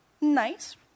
Nice